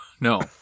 No